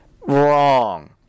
Wrong